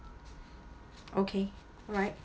okay alright